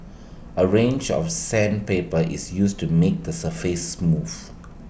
A range of sandpaper is used to make the surface smooth